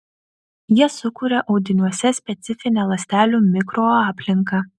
jie sukuria audiniuose specifinę ląstelių mikroaplinką